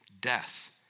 death